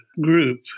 group